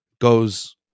goes